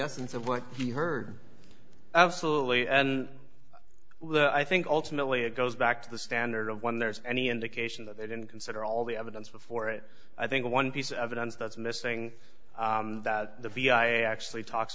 essence of what he heard absolutely and i think ultimately it goes back to the standard of when there's any indication that they didn't consider all the evidence before it i think the one piece of evidence that's missing that the vi actually talks